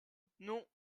non